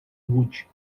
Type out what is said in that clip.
rude